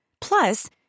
Plus